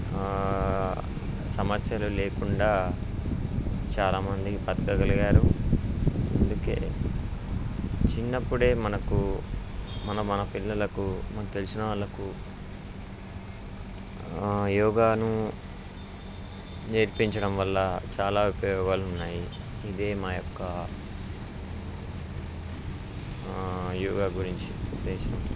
సమస్యలు లేకుండా చాలామంది బతకగలిగారు అందుకు చిన్నప్పుడే మనకు మన మన పిల్లలకు మన తెలిసిన వాళ్ళకు యోగాను నేర్పించడం వల్ల చాలా ఉపయోగాలు ఉన్నాయి ఇదే మా యొక్క యోగా గురించి తెలిసింది